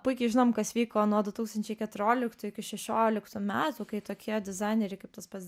puikiai žinom kas vyko nuo du tūkstančiai keturioliktųjų iki šešioliktų metų kai tokie dizaineriai kaip tas pats